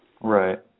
Right